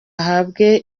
ahabwe